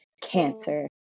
cancer